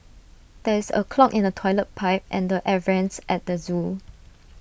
there is A clog in the Toilet Pipe and the air Vents at the Zoo